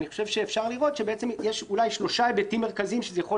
אני חושב שאפשר לראות שיש שלושה היבטים מרכזיים שזה יכול